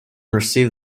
received